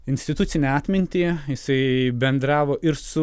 institucinę atmintį jisai bendravo ir su